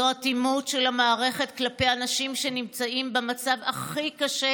זאת אטימות של המערכת כלפי אנשים שנמצאים במצב הכי קשה